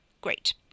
Great